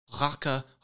Raka